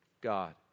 God